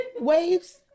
Waves